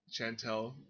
Chantel